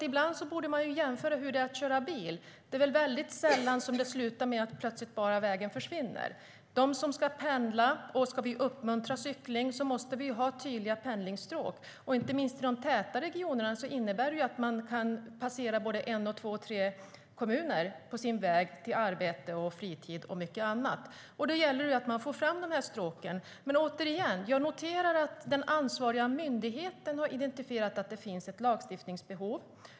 Ibland borde man jämföra med hur det är att köra bil. Det är väl väldigt sällan som det slutar med att vägen plötsligt bara försvinner. Ska vi uppmuntra cykling måste vi ha tydliga pendlingsstråk. Inte minst i tätortsregionerna kan man passera en, två eller tre kommuner på sin väg till arbete, fritid och mycket annat. Då gäller det att få fram de här stråken. Återigen: Jag noterar att den ansvariga myndigheten har identifierat att det finns ett lagstiftningsbehov.